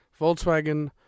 Volkswagen